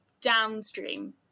downstream